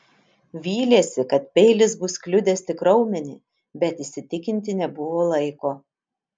vylėsi kad peilis bus kliudęs tik raumenį bet įsitikinti nebuvo laiko